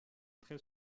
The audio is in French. très